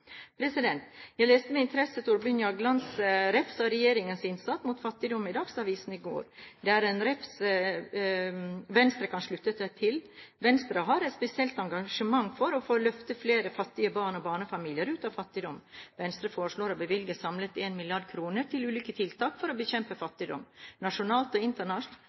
Jeg leste med interesse Thorbjørn Jaglands refs av regjeringens innsats mot fattigdom i Dagsavisen i går. Det er en refs Venstre kan slutte seg til. Venstre har et spesielt engasjement for å få løftet flere fattige barn og barnefamilier ut av fattigdom. Venstre foreslår å bevilge samlet 1 mrd. kr til ulike tiltak for å bekjempe fattigdom nasjonalt og